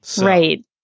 Right